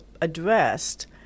addressed